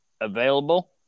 available